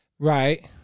Right